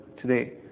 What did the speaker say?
today